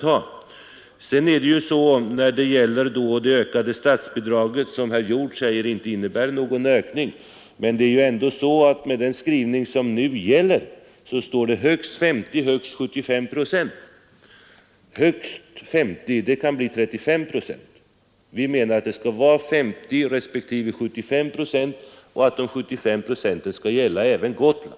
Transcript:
Herr Hjorth säger att det ökade statsbidraget inte innebär någon ökning, men med den skrivning som nu gäller står det ”högst 50 procent” och ”högst 75 procent”. Högst 50 procent kan bli 35 procent. Vi anser att det skall vara 50 respektive 75 procent och att de 75 procenten skall gälla även Gotland.